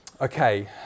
Okay